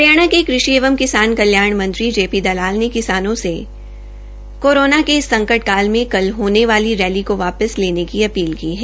हरियाणा के कृषि एवं किसान कल्याण मंत्री श्री जे पी दलाल ने किसानों से कोरोना के इस संकट काल में कल होने वाली रैली को वापिस लेने की अपील की है